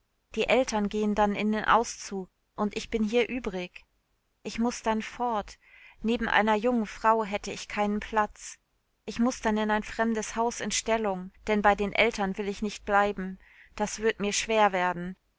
die eltern gehen dann in den auszug und ich bin hier übrig ich muß dann fort neben einer jungen frau hätte ich keinen platz ich muß dann in ein fremdes haus in stellung denn bei den eltern will ich nicht bleiben das wird mir schwer werden